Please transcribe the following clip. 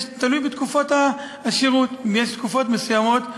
זה תלוי בתקופות השירות: יש תקופות מסוימות,